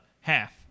half